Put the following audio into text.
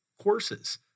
courses